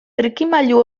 trikimailu